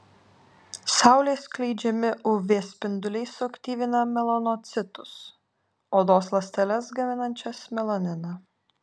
saulės skleidžiami uv spinduliai suaktyvina melanocitus odos ląsteles gaminančias melaniną